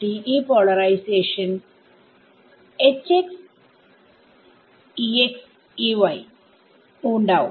TE പോളറൈസേഷന്ഉണ്ടാവും